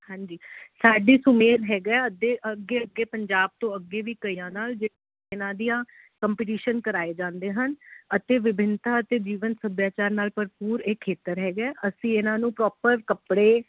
ਹਾਂਜੀ ਸਾਡੀ ਸੁਮੇਲ ਹੈਗਾ ਅੱਧੇ ਅੱਗੇ ਅੱਗੇ ਪੰਜਾਬ ਤੋਂ ਅੱਗੇ ਵੀ ਕਈਆਂ ਨਾਲ ਜਿਹਨਾਂ ਦੀਆਂ ਕੰਪਟੀਸ਼ਨ ਕਰਵਾਏ ਜਾਂਦੇ ਹਨ ਅਤੇ ਵਿਭਿੰਨਤਾ ਅਤੇ ਜੀਵਨ ਸੱਭਿਆਚਾਰ ਨਾਲ ਭਰਪੂਰ ਇਹ ਖੇਤਰ ਹੈਗਾ ਅਸੀਂ ਇਹਨਾਂ ਨੂੰ ਪ੍ਰੋਪਰ ਕੱਪੜੇ